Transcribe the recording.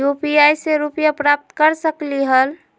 UPI से रुपए प्राप्त कर सकलीहल?